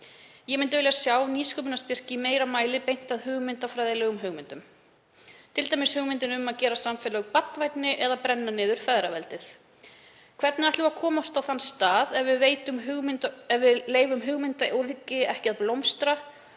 Ég myndi vilja sjá nýsköpunarstyrkjum í meira mæli beint að hugmyndafræðilegum hugmyndum, t.d. hugmyndinni um að gera samfélög barnvænni eða brenna niður feðraveldið. Hvernig ætlum við að komast á þann stað ef við leyfum hugmyndaauðgi ekki að blómstra,